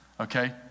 okay